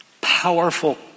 powerful